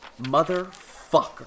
Motherfucker